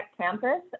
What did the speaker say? campus